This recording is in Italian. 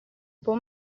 pau